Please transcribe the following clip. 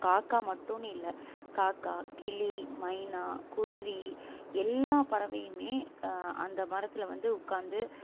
காக்கா மட்டும்னு இல்லை காக்கா கிளி மைனா குருவி எல்லா பறவையுமே அந்த மரத்தில் வந்து உட்காந்து